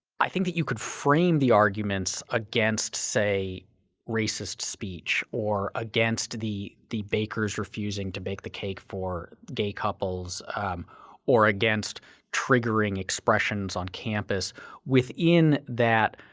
i think that you could frame the arguments against say racist speech or against the the bakers refusing to bake the cake for gay couples or against triggering expressions on campus within